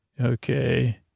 Okay